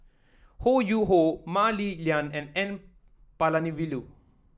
Ho Yuen Hoe Mah Li Lian and N Palanivelu